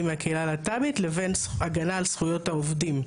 מהקהילה הלהט"בית לבין הגנה על זכויות העובדים,